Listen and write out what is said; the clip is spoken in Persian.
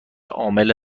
عامل